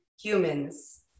humans